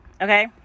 okay